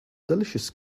delicious